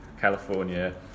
California